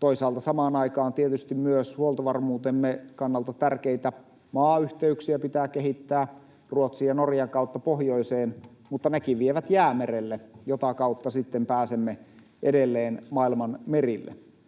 Toisaalta samaan aikaan tietysti myös huoltovarmuutemme kannalta tärkeitä maayhteyksiä pitää kehittää Ruotsin ja Norjan kautta pohjoiseen, mutta nekin vievät Jäämerelle, jota kautta sitten pääsemme edelleen maailman merille.